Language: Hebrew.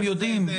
הם יודעים.